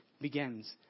begins